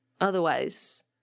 otherwise